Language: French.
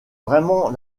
vraiment